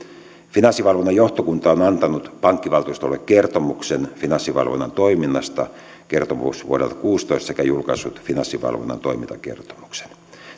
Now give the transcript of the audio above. finanssivalvonnan johtokunta on antanut pankkivaltuustolle kertomuksen finanssivalvonnan toiminnasta kertomusvuodelta kuusitoista sekä julkaissut finanssivalvonnan toimintakertomuksen